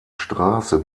straße